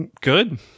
good